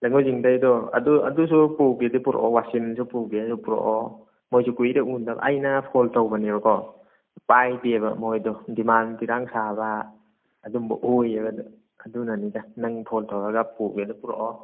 ꯅꯣꯏ ꯃꯣꯏꯖꯤꯡꯗꯩꯗꯣ ꯑꯗꯨ ꯑꯗꯨꯁꯨ ꯄꯨꯒꯦꯗꯤ ꯄꯨꯔꯛꯑꯣ ꯋꯥꯁꯤꯝꯁꯨ ꯄꯨꯒꯦꯁꯨ ꯄꯨꯔꯛꯑꯣ ꯃꯣꯏꯁꯨ ꯀꯨꯏꯔꯦ ꯎꯅꯗꯕ ꯑꯩꯅ ꯐꯣꯟ ꯇꯧꯕꯅꯦꯕꯀꯣ ꯄꯥꯏꯗꯦꯕ ꯃꯣꯏꯗꯣ ꯗꯤꯃꯥꯟ ꯁꯥꯕ ꯑꯗꯨꯝꯕ ꯑꯣꯏꯌꯦꯕ ꯑꯗꯨꯅꯅꯤꯗ ꯅꯪ ꯐꯣꯟ ꯇꯧꯔꯒ ꯄꯨꯒꯦꯁꯨ ꯄꯨꯔꯛꯑꯣ